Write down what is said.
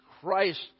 Christ